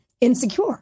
Insecure